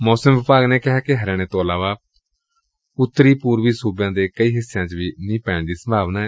ਮੌਸਮ ਵਿਭਾਗ ਨੇ ਕਿਹੈ ਕਿ ਹਰਿਆਣੇ ਤੋ' ਇਲਾਵਾ ਉਤਰੀ ਪੁਰਬੀ ਸੁਬਿਆਂ ਦੇ ਕਈ ਹਿੱਸਿਆਂ ਚ ਵੀ ਮੀਂਹ ਪੈਣ ਦੀ ਸੰਭਾਵਨਾ ਏ